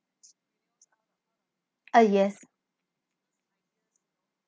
uh yes